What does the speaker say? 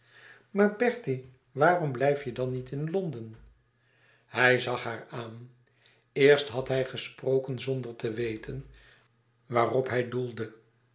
maar bertie waarom blijf je dan niet in londen hij zag haar aan eerst had hij gesproken zonder te weten waarop hij doelde